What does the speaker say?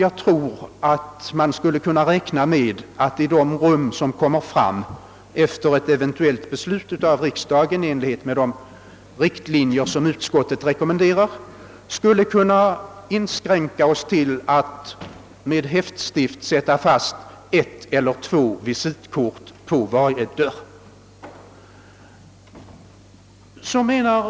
Av dessa skäl tror jag att vi efter ett eventuellt beslut av riksdagen i enlighet med de riktlinjer som utskottet rekommenderar skulle kunna inskränka oss till att med häftstift sätta fast ett eller två visitkort på dörren till varje rum som går att skaffa fram.